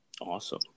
Awesome